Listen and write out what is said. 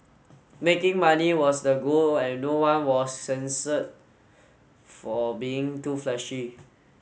making money was the goal and no one was censer for being too flashy